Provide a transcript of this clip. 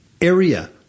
area